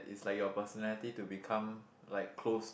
it's like your personality to become like close